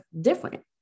different